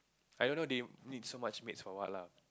I don't know they need so much maids for what lah